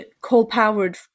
coal-powered